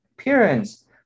appearance